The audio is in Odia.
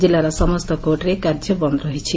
କିଲ୍ଲାର ସମସ୍ତ କୋର୍ଟରେ କାର୍ଯ୍ୟ ବନ୍ଦ ରହିଛି